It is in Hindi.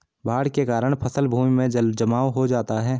बाढ़ के कारण फसल भूमि में जलजमाव हो जाता है